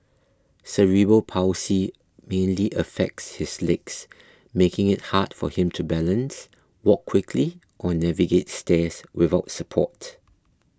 cerebral palsy mainly affects his legs making it hard for him to balance walk quickly or navigate stairs without support